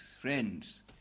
Friends